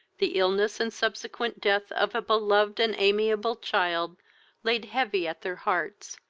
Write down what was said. the illness and subsequent death of a beloved and amiable child laid heavy at their hearts,